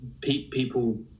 people